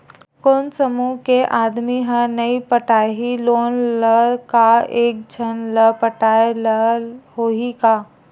कोन समूह के आदमी हा नई पटाही लोन ला का एक झन ला पटाय ला होही का?